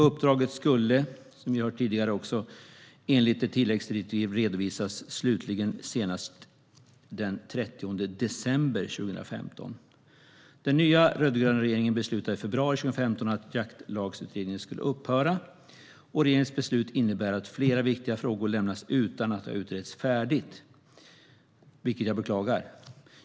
Uppdraget skulle, som ni har hört tidigare, enligt ett tilläggsdirektiv redovisas slutligt senast den 30 december 2015. Den nya rödgröna regeringen beslutade i februari 2015 att Jaktlagsutredningen skulle upphöra. Regeringens beslut innebär att flera viktiga frågor lämnas utan att ha utretts färdigt, vilket jag beklagar.